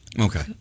Okay